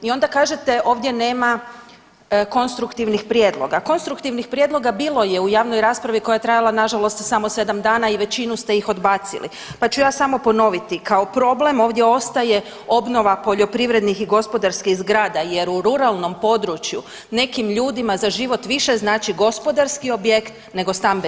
I onda kažete ovdje nema konstruktivnih prijedloga, konstruktivnih prijedloga bilo je u javnoj raspravi koja je trajala nažalost samo 7 dana i većinu ste ih odbacili, pa ću ja samo ponoviti kao problem ovdje ostaje obnova poljoprivrednih i gospodarskih zgrada jer u ruralnom području nekim ljudima za život više znači gospodarski objekt nego stambeni objekt.